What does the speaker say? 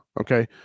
Okay